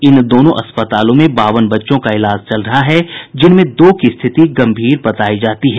इन दोनों अस्पताल में बावन बच्चों का इलाज चल रहा है जिनमें दो की स्थिति गम्भीर बतायी जाती है